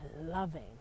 loving